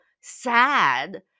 sad